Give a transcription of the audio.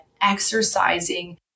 exercising